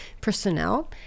personnel